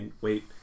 wait